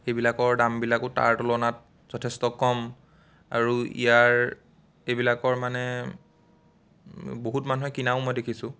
সেইবিলাকৰ দামবিলাকো তাৰ তুলনাত যথেষ্ট কম আৰু ইয়াৰ এইবিলাকৰ মানে বহুত মানুহে কিনাও মই দেখিছোঁ